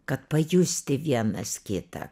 kad pajusti vienas kitą